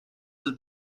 del